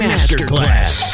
Masterclass